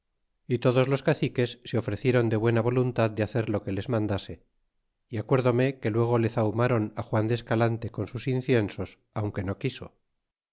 y todos los caciques se ofrecieron de buena voluntad de hacer lo que les mandase e acuérdome que luego le zahumáron al juan de escalante con sus inciensos aunque no quiso